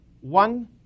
One